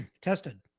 tested